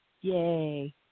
Yay